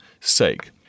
sake